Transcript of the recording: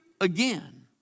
again